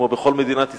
כמו בכל מדינת ישראל,